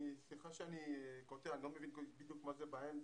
סליחה שאני קוטע, אני לא מבין בדיוק מה זה באמצע.